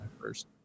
first